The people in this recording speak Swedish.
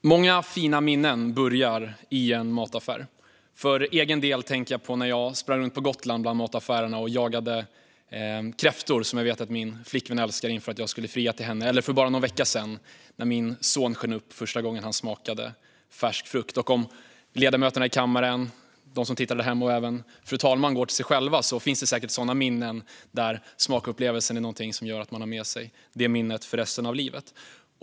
Fru talman! Många fina minnen börjar i en mataffär. För egen del tänker jag på när jag sprang runt bland mataffärerna på Gotland och jagade kräftor, som jag vet att min flickvän älskar, inför att jag skulle fria till henne, eller när min son för bara någon vecka sedan sken upp första gången han smakade färsk frukt. Om ledamöterna i kammaren, de som tittar där hemma och även fru talmannen går till sig själva finns det säkert sådana minnen där smakupplevelsen gör att man har det minnet med sig resten av livet.